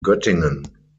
göttingen